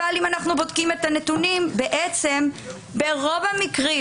ואם נבדוק את הנתונים נראה שברוב המקרים